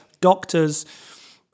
doctors